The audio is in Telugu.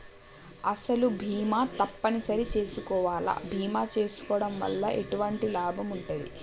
అసలు బీమా తప్పని సరి చేసుకోవాలా? బీమా చేసుకోవడం వల్ల ఎటువంటి లాభం ఉంటది?